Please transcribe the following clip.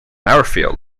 airfield